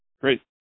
Great